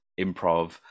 improv